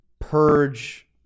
purge